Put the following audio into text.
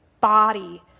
body